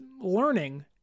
learning